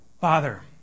Father